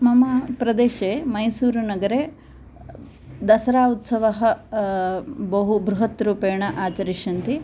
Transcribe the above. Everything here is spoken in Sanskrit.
मम प्रदेशे मैसूरुनगरे दसरा उत्सवः बहु बृहत् रुपेण आचरिष्यन्ति